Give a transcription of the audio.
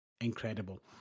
incredible